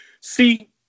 See